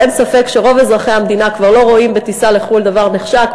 ואין ספק שרוב אזרחי המדינה כבר לא רואים בטיסה לחו"ל דבר נחשק.